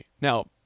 Now